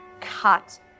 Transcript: cut